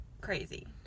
crazy